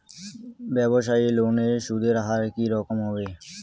ব্যবসায়ী লোনে সুদের হার কি রকম হবে?